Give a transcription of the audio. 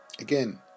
Again